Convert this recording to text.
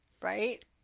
Right